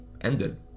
ended